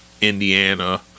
Indiana